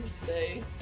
today